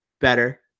better